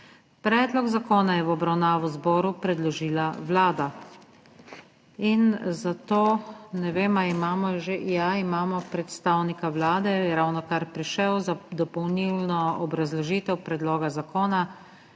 Predlog zakona je v obravnavo zboru predložila Vlada in zato, ne vem ali imamo že… Ja, imamo predstavnika Vlade, je ravnokar prišel, za dopolnilno obrazložitev predloga zakona.